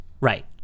Right